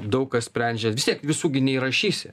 daug ką sprendžia vis tiek visų gi neįrašysi